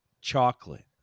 Chocolate